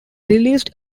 released